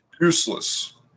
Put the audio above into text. useless